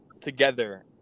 together